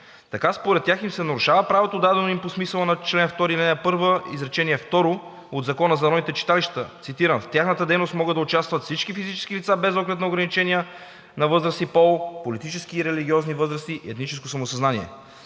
Така според тях им се нарушава правото, дадено им по смисъла на чл. 2, ал. 1, изречение второ от Закона за народните читалища, цитирам: „В тяхната дейност могат да участват всички физически лица без оглед на ограничения на възраст и пол, политически и религиозни възгледи и етническо самосъзнание.“